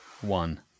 one